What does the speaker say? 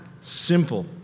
simple